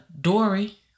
Dory